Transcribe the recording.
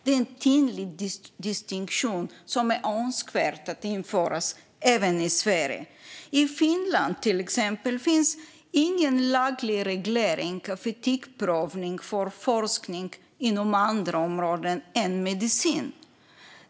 Det är en tydlig distinktion, och det är önskvärt att den införs även i Sverige. I exempelvis Finland finns ingen laglig reglering av etikprövning för forskning inom andra områden än medicin.